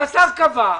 השר קבע,